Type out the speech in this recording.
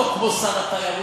לא כמו שר התיירות,